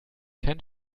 kein